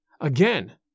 again